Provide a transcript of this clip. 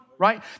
right